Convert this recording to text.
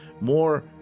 more